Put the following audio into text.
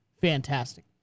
fantastic